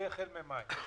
והחקיקה היא החל ממאי.